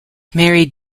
married